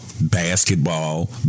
basketball